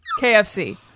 KFC